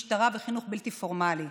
משטרה וחינוך בלתי פורמלי.